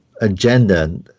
agenda